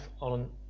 on